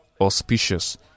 auspicious